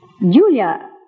Julia